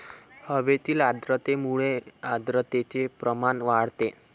हवेतील आर्द्रतेमुळे आर्द्रतेचे प्रमाण वाढते